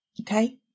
Okay